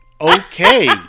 Okay